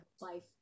life